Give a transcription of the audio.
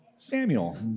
Samuel